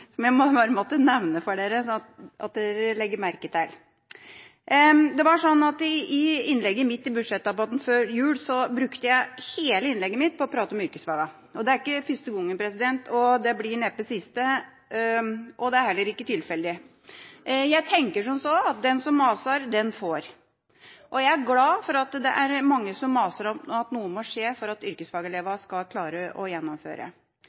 I budsjettdebatten før jul brukte jeg hele innlegget mitt på å prate om yrkesfagene. Det er ikke første gang, det blir neppe den siste, og det er heller ikke tilfeldig. Jeg tenker som så at den som maser, den får. Jeg er glad for at det er mange som maser om at noe må skje for at yrkesfagelevene skal klare å gjennomføre.